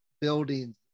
buildings